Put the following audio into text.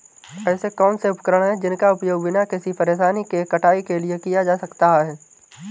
ऐसे कौनसे उपकरण हैं जिनका उपयोग बिना किसी परेशानी के कटाई के लिए किया जा सकता है?